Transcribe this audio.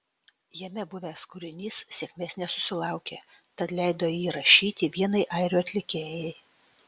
jame buvęs kūrinys sėkmės nesusilaukė tad jį leido įrašyti vienai airių atlikėjai